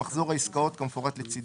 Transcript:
מחזור העסקאות כמפורט לצידו: